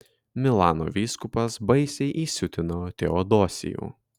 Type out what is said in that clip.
milano vyskupas baisiai įsiutino teodosijų